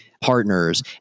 partners